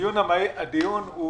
הדיון הוא